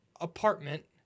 apartment